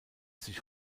sich